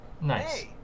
Nice